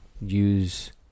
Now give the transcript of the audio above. use